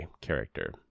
character